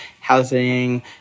housing